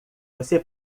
você